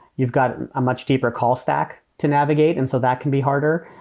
you've got a much deeper call stack to navigate, and so that can be harder.